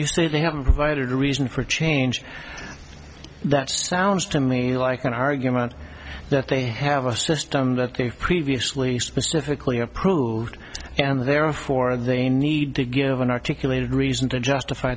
you say they haven't provided a reason for a change that sounds to me like an argument that they have a system that they previously specifically approved and therefore they need to give an articulated reason to justify